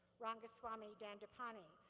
ramaswamy dandapani,